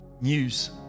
news